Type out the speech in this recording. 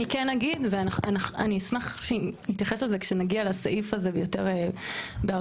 אני כן אגיד ואני אשמח שנתייחס לזה כשנגיע לסעיף הזה יותר בהרחבה.